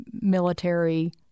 military